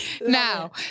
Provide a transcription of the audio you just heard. Now